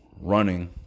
running